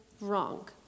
wrong